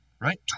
Right